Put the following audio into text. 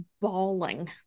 bawling